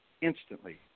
Instantly